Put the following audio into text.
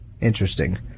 Interesting